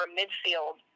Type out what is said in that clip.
midfield